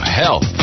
health